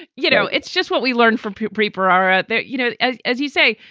you know, it's just what we learned from preet preet bharara that, you know, as as you say,